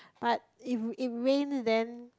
but if it if it rain then